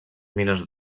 mines